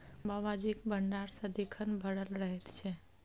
बाबाजीक भंडार सदिखन भरल रहैत छै